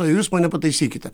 o jūs mane pataisykite